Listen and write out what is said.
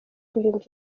guhindura